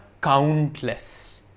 countless